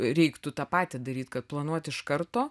reiktų tą patį daryt kad planuot iš karto